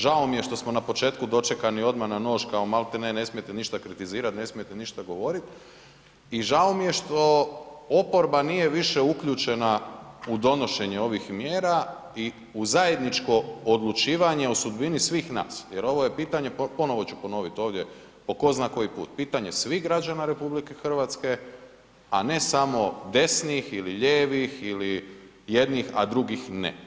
Žao mi je što smo na početku dočekani odmah na nož kao malti ne ne smijete ništa kritizirat, ne smijete ništa govorit i žao mi je što oporba nije više uključena u donošenju ovih mjera i u zajedničko odlučivanje o sudbini svih nas jer ovo je pitanje ponovno ću ponovit ovdje po ko zna koji put, pitanje svih građana RH a ne samo desnih ili lijevih ili jednih a drugih ne.